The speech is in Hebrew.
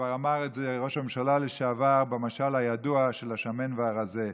כבר אמר את זה ראש הממשלה לשעבר במשל הידוע של השמן והרזה.